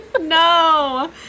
No